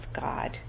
God